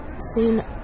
seen